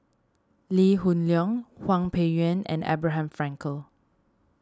Lee Hoon Leong Hwang Peng Yuan and Abraham Frankel